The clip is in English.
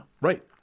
Right